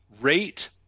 rate